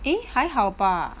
eh 还好吧